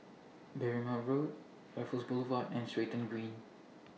Berrima Road Raffles Boulevard and Stratton Green